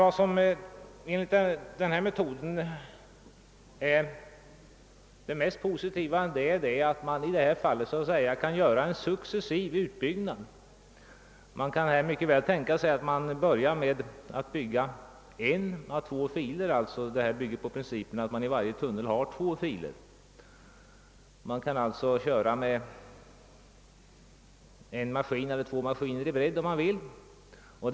Vad som enligt denna metod är det mest positiva är att man i detta fall kan göra en successiv utbyggnad. Det går att tänka sig att man börjar med att bygga en fil eller två filer, under förutsättning att varje tunnel skall ha två filer. Det går att köra med en maskin eller med två maskiner i bredd, vilket man önskar.